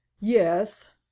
Yes